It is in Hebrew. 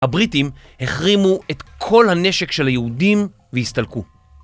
הבריטים החרימו את כל הנשק של היהודים והסתלקו.